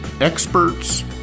experts